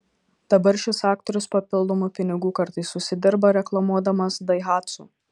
dabar šis aktorius papildomų pinigų kartais užsidirba reklamuodamas daihatsu